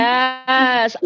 Yes